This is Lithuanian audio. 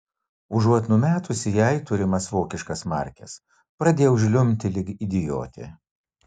užuot numetusi jai turimas vokiškas markes pradėjau žliumbti lyg idiotė